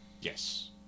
Yes